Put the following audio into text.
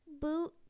Boot